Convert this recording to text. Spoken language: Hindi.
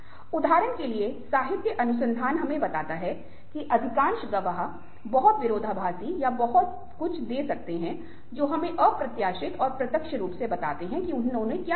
उदाहरण के लिए साहित्य अनुसंधान हमें बताता है कि अधिकांश गवाह बहुत विरोधाभासी या बहुत कुछ दे सकते हैं जो हमें अप्रत्याशित और अप्रत्यक्ष रूप से बताते हैं कि उन्होंने क्या देखा है